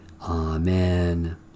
Amen